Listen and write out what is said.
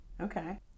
Okay